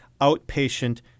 outpatient